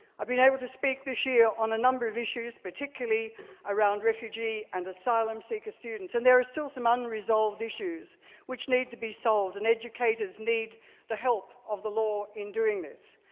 i've been able to speak this year on a number of issues, particularly around refugee and asylum-seeker students. and there are still some unresolved issues which need to be solved, and educators need the help of the law in doing this.